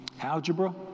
Algebra